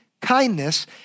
kindness